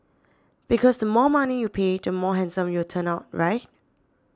because the more money you pay the more handsome you turn out right